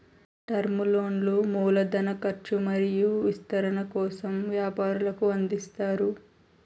term లోన్లు మూల ధన కర్చు మరియు విస్తరణ కోసం వ్యాపారులకు అందిస్తారు